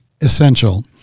Essential